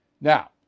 Now